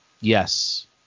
Yes